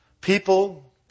People